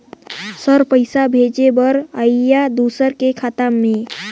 Sir पइसा भेजे बर आहाय दुसर के खाता मे?